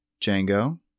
Django